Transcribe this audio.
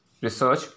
research